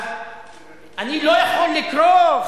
אז אני לא יכול לקרוא,